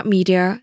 Media